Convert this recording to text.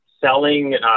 selling